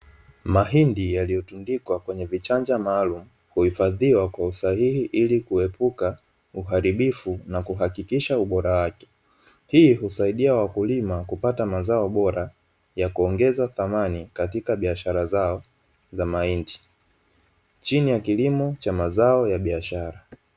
Mahindi yaliyotundikwa kwenye vichanja maalumu huhifadhiwa kwa usashihi ili kuepuka uharibifu na kuhakikisha ubora wake, hii husaidia wakulima kupata mazao bora ya kuongeza thamani katika biashara zao za mahindi, chini ya kilimo cha mazao ya biashara.